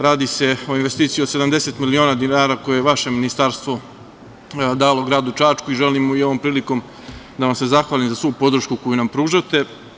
Radi se o investiciji od 70.000.000 dinara koje je vaše Ministarstvo dalo gradu Čačku i želimo i ovom prilikom da vam se zahvalim za svu podršku koju nam pružate.